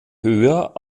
höher